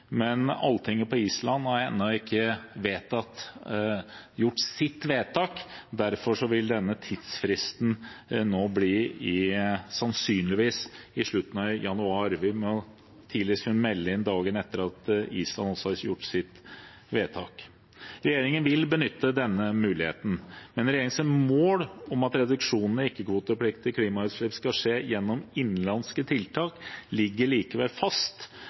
men Alltinget på Island har ennå ikke gjort sitt vedtak, derfor vil denne tidsfristen nå sannsynligvis bli i slutten av januar. Vi må tidligst melde inn dagen etter at Island har gjort sitt vedtak. Regjeringen vil benytte denne muligheten, men regjeringens mål om at reduksjonene i ikke-kvotepliktige klimautslipp skal skje gjennom innenlandske tiltak, ligger likevel fast,